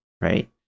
right